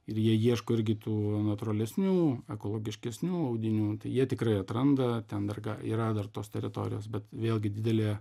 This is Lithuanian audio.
ir jie ieško irgi tų natūralesnių ekologiškesnių audinių jie tikrai atranda ten dar ga yra dar tos teritorijos bet vėlgi didelė